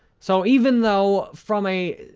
so, even though from a